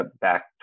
back